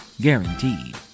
Guaranteed